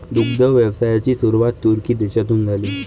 दुग्ध व्यवसायाची सुरुवात तुर्की देशातून झाली